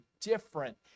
different